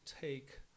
take